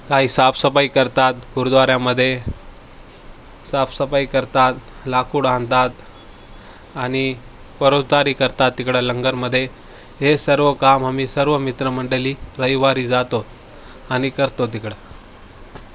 काही साफसफाई करतात गुरुद्वाऱ्यामदेध्ये साफसफाई करतात लाकूड आणतात आणि परोसदारी करतात तिकडं लंगरमध्ये हे सर्व काम आम्ही सर्व मित्रमंडळी रविवारी जातो आणि करतो तिकडं